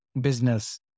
Business